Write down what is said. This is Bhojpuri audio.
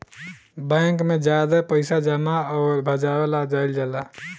बैंक में ज्यादे पइसा जमा अउर भजावे ला जाईल जाला